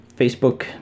Facebook